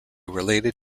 related